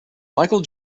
michael